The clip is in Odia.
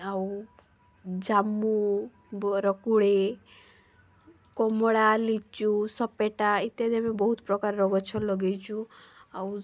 ଆଉ ଜାମୁ ବରକୋଳି କମଳା ଲିଚୁ ସପେଟା ଇତ୍ୟାଦି ଆମେ ବହୁତ ପ୍ରକାରର ଗଛ ଲଗାଇଛୁ ଆଉ